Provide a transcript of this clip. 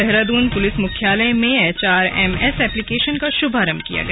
Dehradun police मुख्यालय में HRM S application का शुभारंभ किया गया